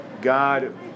God